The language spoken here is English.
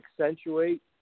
accentuate